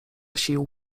sił